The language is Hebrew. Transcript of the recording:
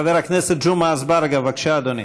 חבר הכנסת ג'מעה אזברגה, בבקשה, אדוני.